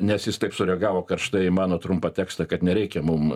nes jis taip sureagavo karštai į mano trumpą tekstą kad nereikia mum